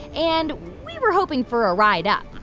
and we were hoping for a ride up